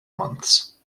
months